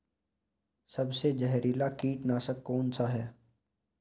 सबसे जहरीला कीटनाशक कौन सा है?